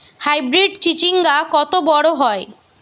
Hybrid চিচিংঙ্গা কত বড় হয়?